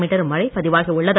மீட்டரும் மழை பதிவாகியுள்ளது